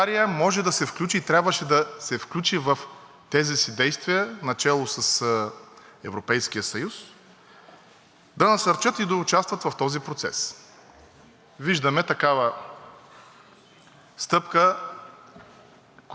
да насърчат и да участват в този процес. Виждаме такава стъпка, която донякъде допринесе за намаляване на военните действия, от страна на Република